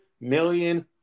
million